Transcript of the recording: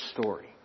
story